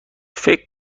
فکر